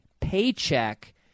paycheck